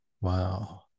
Wow